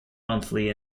monthly